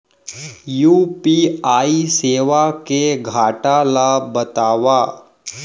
UPI सेवा के घाटा ल बतावव?